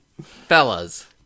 Fellas